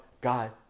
God